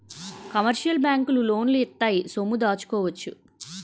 commercial బ్యాంకులు లోన్లు ఇత్తాయి సొమ్ము దాచుకోవచ్చు